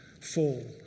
fall